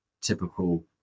typical